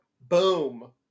boom